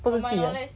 不是寄啊